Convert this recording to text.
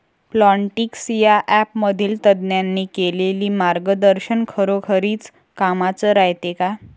Plantix या ॲपमधील तज्ज्ञांनी केलेली मार्गदर्शन खरोखरीच कामाचं रायते का?